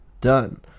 Done